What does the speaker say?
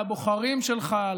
לבוחרים שלך,